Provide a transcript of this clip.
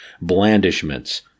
blandishments